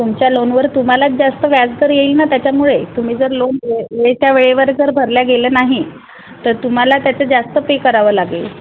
तुमच्या लोनवर तुम्हाला जास्त व्याज तर येईल ना त्याच्यामुळे तुम्ही जर लोन वेळेच्या वेळेवर जर भरलं गेलं नाही तर तुम्हाला त्याचं जास्त पे करावं लागेल